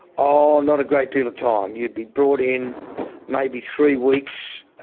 ah not a great deal of time. you'd be brought in maybe three weeks,